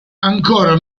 ancora